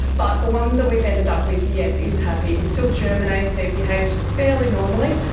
but the one that we've ended up with, yes, is happy, it still germinates, it behaves fairly normally.